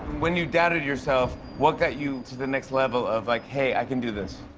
when you doubted yourself, what got you to the next level of like, hey, i can do this?